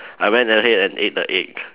I went ahead and ate the egg